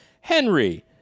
Henry